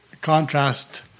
contrast